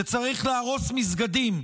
כי צריך להרוס מסגדים.